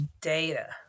data